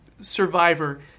survivor